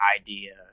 idea